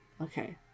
Okay